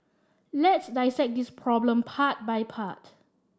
let's dissect this problem part by part